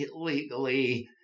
illegally